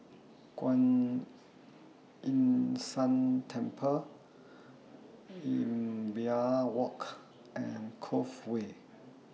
Kuan Yin San Temple Imbiah Walk and Cove Way